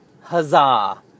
huzzah